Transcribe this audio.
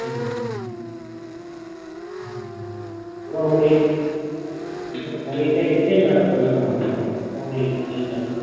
ம் ம் ம் ப்ரோ உங்ககிட்டே இப்போ உங்ககிட்டே எக்ஸ்சேஞ்சு ஆஃபர் இருக்குமா ப்ரோ ஃபோன் எக்ஸ்சேஞ்சு ஆஃபர்